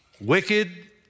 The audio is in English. wicked